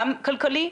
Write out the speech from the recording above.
גם כלכלי,